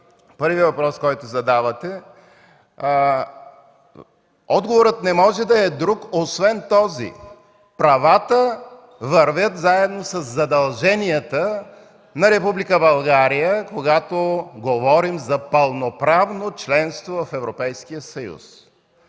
първият въпрос, който задавате, отговорът не може да е друг освен този: правата вървят заедно със задълженията на Република България, когато говорим за пълноправно членство в